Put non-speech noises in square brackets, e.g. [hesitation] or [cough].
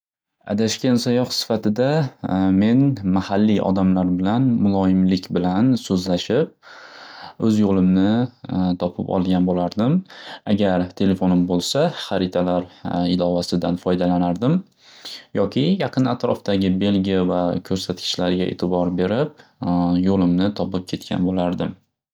Adashgan sayoh sifatida [hesitation] men mahalliy odamlar bilan muloyimlik bilan soʻzlashib o'z yo'limni [hesitation] topib olgan bo'lardim. Agar telefonim bo'lsa xaritalar [hesitation] ilovasidan foydalanardim, yoki yaqin atrofdagi belgi va ko'rsatkichlarga e'tibor berib [hesitation] yo'lim topib ketgan bo'lardim.